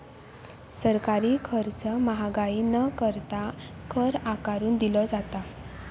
सरकारी खर्च महागाई न करता, कर आकारून दिलो जाता